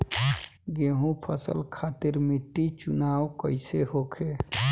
गेंहू फसल खातिर मिट्टी चुनाव कईसे होखे?